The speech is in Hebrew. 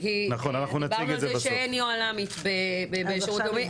כי דיברנו על זה שאין יוהל"מית בשירות לאומי.